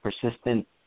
persistent